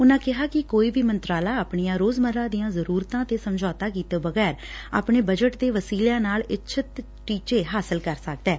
ਉਨੁਾਂ ਕਿਹਾ ਕਿ ਕੋਈ ਵੀ ਮੰਤਰਾਲਾ ਆਪਣੀਆਂ ਰੋਜਮਰਾ ਦੀਆਂ ਜਰੂਰਤਾਂ 'ਤੇ ਸਮਝੋਤਾ ਕੀਤੇ ਬਗੈਰ ਆਪਣੇ ਬਜਟ ਦੇ ਵਸੀਲਿਆਂ ਨਾਲ ਇੱਛਤ ਟੀਚੇ ਹਾਸਲ ਕਰ ਸਕਦੈ